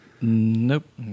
Nope